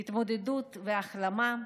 בהתמודדות וההחלמה.